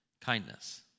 kindness